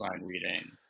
reading